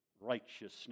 righteousness